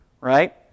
right